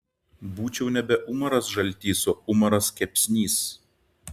būčiau nebe umaras žaltys o umaras kepsnys